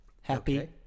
Happy